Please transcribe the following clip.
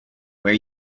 where